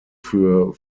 für